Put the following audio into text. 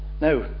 now